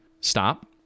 Stop